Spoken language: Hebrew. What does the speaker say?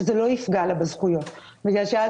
שזה לא יפגע לה בזכויות כי אז